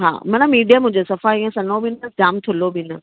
हा माना मीडियम हुजे सफ़ा इयं सनो बि न जाम थुल्हो बि न